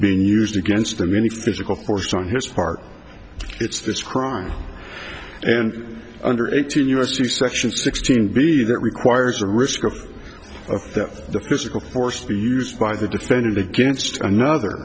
being used against him any physical force on his part it's this crime and under eighteen u s c section sixteen b that requires a risk of the physical force to be used by the defendant against another